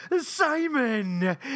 Simon